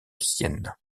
sienne